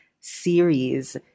series